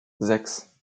sechs